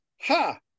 ha